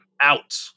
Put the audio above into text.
out